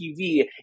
TV